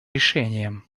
решениям